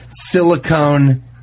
silicone